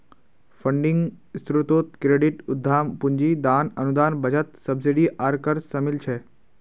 funding स्रोतोत credit, उद्दाम पूंजी, दान, अनुदान, बचत, सब्सिडी आर कर शामिल छे